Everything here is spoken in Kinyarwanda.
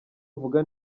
avuga